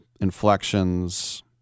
inflections